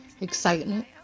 excitement